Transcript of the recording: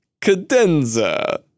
Cadenza